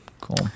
cool